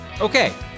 Okay